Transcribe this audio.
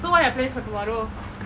so what are your plans for tomorrow